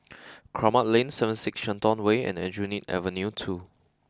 Kramat Lane seven six Shenton Way and Aljunied Avenue two